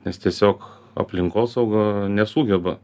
nes tiesiog aplinkosauga nesugeba